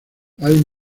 hay